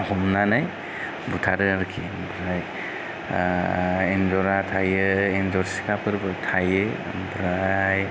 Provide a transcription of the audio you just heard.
हमनानै बुथारो आरोखि ओमफ्रा एन्जरा थायो एन्जर सिखाफोरबो थायो ओमफ्राय